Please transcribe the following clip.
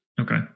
Okay